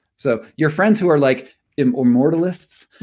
so your friends who are like immortalists,